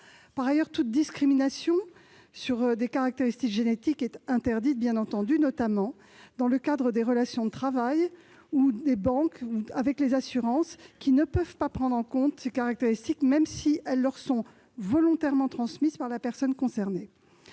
Par ailleurs, toute discrimination sur des caractéristiques génétiques est bien entendu interdite, notamment dans le cadre des relations de travail. Les banques et les assurances ne peuvent pas prendre en compte ces caractéristiques, même si elles leur sont volontairement transmises par la personne concernée.